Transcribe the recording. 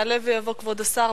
יעלה ויבוא כבוד השר,